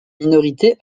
minorité